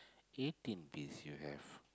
eighteen bees you have